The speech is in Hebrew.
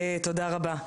תודה רבה.